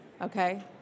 okay